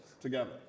together